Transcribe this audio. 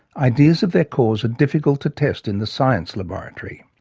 ideas of their cause are difficult to test in the science laboratory.